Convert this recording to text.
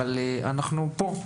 אבל אנחנו פה,